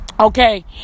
Okay